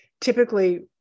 typically